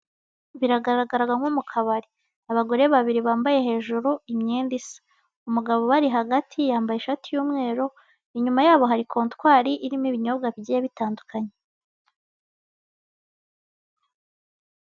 Biragaragara nko mukabari abagore babiri bambaye hejuru imyenda isa, umugabo ubari hagati yambaye ishati y'umweru inyuma yabo hari kontwari irimo ibinyobwa bigiye bitandukanye.